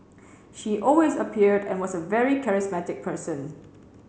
she always appeared and was a very charismatic person